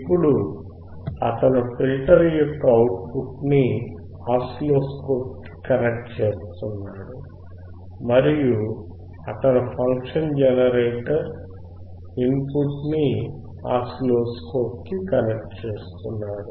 ఇప్పుడు అతను ఫిల్టర్ యొక్క అవుట్ పుట్ ని ఆసిలోస్కోప్ కి కనెక్ట్ చేస్తున్నాడు మరియు అతను ఫంక్షన్ జెనరేటర్ ఇన్ పుట్ ని ఆసిలోస్కోప్ కి కనెక్ట్ చేస్తున్నాడు